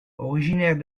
originaire